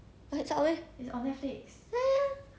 okay that type !huh! not movi~